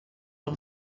all